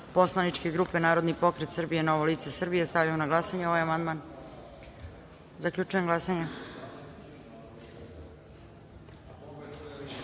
poslaničke grupe Narodni pokret Srbije - Novo lice Srbije. Stavljam na glasanje ovaj amandman. Zaključujem glasanje: